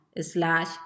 slash